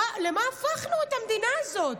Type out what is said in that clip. למה הפכנו את המדינה הזאת?